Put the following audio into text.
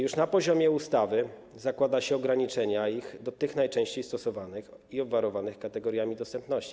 Już na poziomie ustawy zakłada się ograniczenia ich do tych najczęściej stosowanych i obwarowanych kategoriami dostępności.